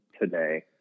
today